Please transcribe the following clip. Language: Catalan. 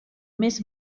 més